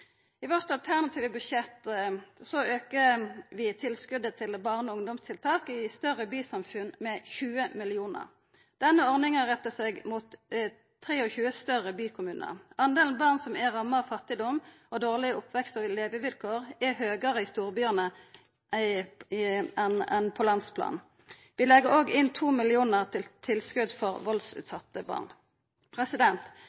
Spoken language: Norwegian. budsjettet vårt aukar vi tilskotet til barne- og ungdomstiltak i større bysamfunn med 20 mill. kr. Denne ordninga rettar seg mot 23 større bykommunar. Talet på barn som er ramma av fattigdom og dårlege oppvekst- og levevilkår er høgare i storbyane enn på landsplan. Vi legg òg inn 2 mill. kr til tilskot for